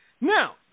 Now